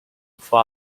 for